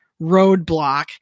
roadblock